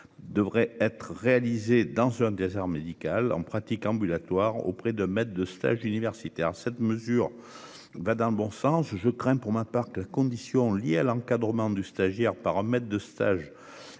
devrait être réalisé dans un désert médical en pratique ambulatoire auprès de maîtres de stage universitaires. Cette mesure va d'un bon sens je crains pour ma part quelle condition liées à l'encadrement du stagiaire par un maître de stage universitaires